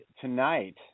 tonight